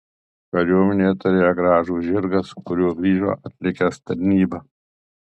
kariuomenėje turėjo gražų žirgą su kuriuo grįžo atlikęs tarnybą